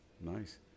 nice